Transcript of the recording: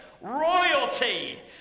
royalty